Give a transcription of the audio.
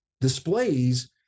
displays